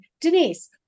Denise